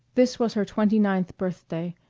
this was her twenty-ninth birthday,